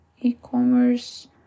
e-commerce